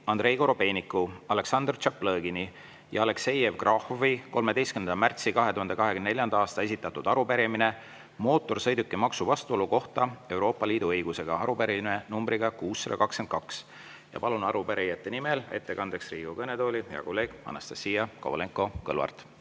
Andrei Korobeiniku, Aleksandr Tšaplõgini ja Aleksei Jevgrafovi 13. märtsil 2024. aastal esitatud arupärimine mootorsõidukimaksu vastuolu kohta Euroopa Liidu õigusega. Arupärimine numbriga 622. Palun arupärijate nimel ettekandeks Riigikogu kõnetooli hea kolleegi Anastassia Kovalenko-Kõlvarti.